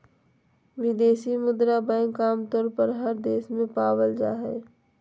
विदेशी मुद्रा बैंक आमतौर पर हर देश में पावल जा हय